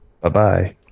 bye-bye